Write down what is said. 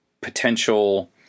potential